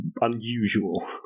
unusual